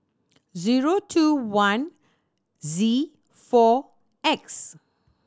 zeio two one Z four X